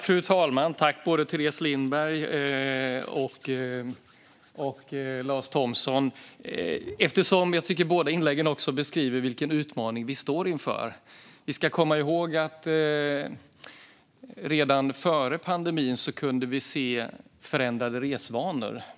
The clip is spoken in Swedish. Fru talman! Tack till Teres Lindberg och Lars Thomsson, som båda i sina inlägg beskriver vilken utmaning vi står inför! Vi ska komma ihåg att vi redan före pandemin kunde se förändrade resvanor.